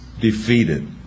defeated